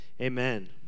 Amen